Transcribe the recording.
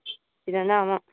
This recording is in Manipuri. ꯁꯤꯗꯅ ꯑꯃꯨꯛ